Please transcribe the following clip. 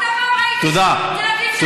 אתה פעם ראית ילדים של אישה שנרצחה?